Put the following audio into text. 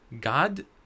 God